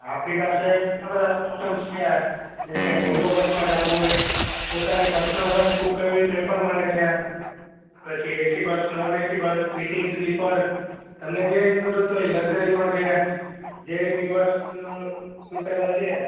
આપણી પાસે ઘણાં બધા ઓપ્સન્સ છે જેમકે વોલવો બસમાં જવું હોય પોતાની પર્સનલ બસ બુક કરવી હોય તો એ પણ મળે છે પછી AC bus non AC bus sitting sleeper તમને જે રીતનું જોઈતું હોય લકઝરી પણ છે જે રીતની બસનું સુટેબલ છે